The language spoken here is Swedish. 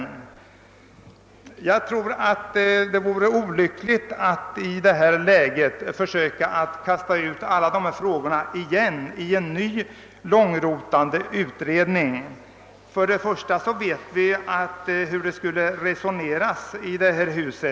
Det vore olyckligt att i detta läge återigen försöka kasta ut alla dessa frågor till en ny långrotande utredning. Vi vet ju hur det resoneras i detta hus.